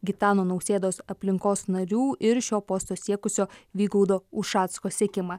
gitano nausėdos aplinkos narių ir šio posto siekusio vygaudo ušacko sekimą